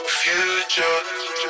future